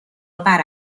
آور